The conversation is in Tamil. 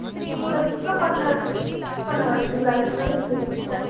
நீங்கள் எங்களை பிக்கப் பண்ண பிக்கப் பண்ண வருவீங்கல்ல அதுக்கு முன்னாடியே நீங்கள்